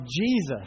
Jesus